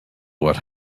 what